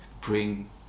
bring